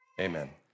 Amen